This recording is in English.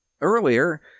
earlier